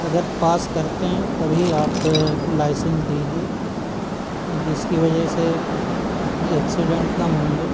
اگر پاس کرتے ہیں تبھی آپ لائسنس دیجیے اور جس کی وجہ سے ایکسیڈنٹ کم ہوں گے